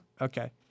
Okay